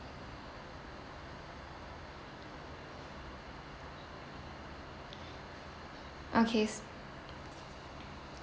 okay